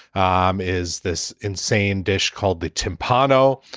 um is this insane dish called the tim pado,